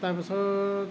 তাৰ পাছত